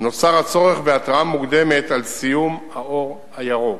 נוצר הצורך בהתראה מוקדמת על סיום האור הירוק.